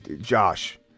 Josh